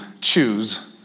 choose